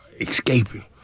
escaping